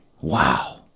Wow